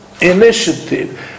initiative